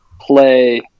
play